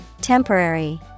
Temporary